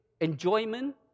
enjoyment